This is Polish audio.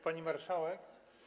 Pani Marszałek!